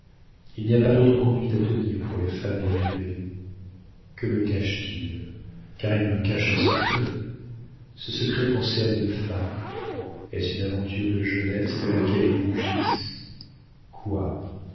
il n'y a pas d'autre conduite à tenir pour les femmes bien élevées que me cache-t-il car il me cache un secret ce secret concerne une femme est-ce une aventure de jeunesse de laquelle il rougisse quoi